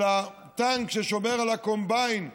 של הטנק ששומר על הקומביין,